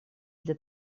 для